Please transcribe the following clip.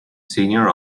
senior